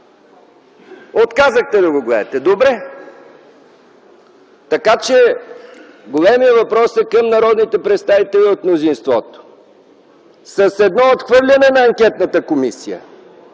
отказахте да го гледате, добре. Големият въпрос е към народните представители от мнозинството. С едно отхвърляне на анкетната комисия,